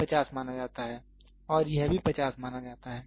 यह 50 माना जाता है और यह भी 50 माना जाता है